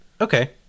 okay